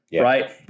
Right